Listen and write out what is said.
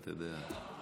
אתה יודע.